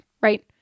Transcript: right